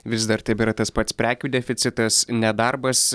vis dar tebėra tas pats prekių deficitas nedarbas